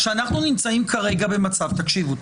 תקשיבו,